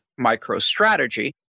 MicroStrategy